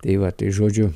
tai va tai žodžiu